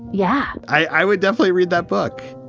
yeah, i would definitely read that book.